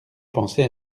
penser